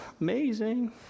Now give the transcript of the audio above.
amazing